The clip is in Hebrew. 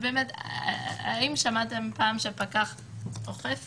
האם שמעתם פעם שפקח אוכף את זה?